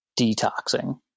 detoxing